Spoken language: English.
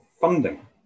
funding